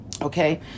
Okay